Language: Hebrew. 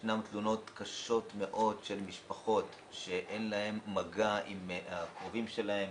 יש תלונות קשות מאוד של משפחות שאין להן מגע עם הקרובים שלהם,